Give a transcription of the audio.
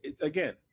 again